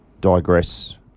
digress